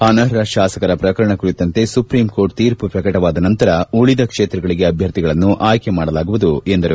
ಅನರ್ಪ ಶಾಸಕರ ಪ್ರಕರಣ ಕುರಿತಂತೆ ಸುಪ್ರೀಂ ಕೋರ್ಟ್ ತೀರ್ಮ ಪ್ರಕಟವಾದ ನಂತರ ಉಳಿದ ಕ್ಷೇತ್ರಗಳಿಗೆ ಅಭ್ಯರ್ಥಿಗಳನ್ನು ಆಯ್ಕೆ ಮಾಡಲಾಗುವುದು ಎಂದರು